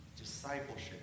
Discipleship